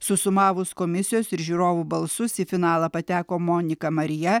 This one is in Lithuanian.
susumavus komisijos ir žiūrovų balsus į finalą pateko monika marija